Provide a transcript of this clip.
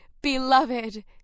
beloved